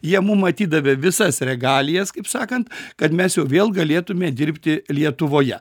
jie mum atidavė visas regalijas kaip sakant kad mes jau vėl galėtume dirbti lietuvoje